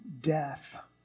death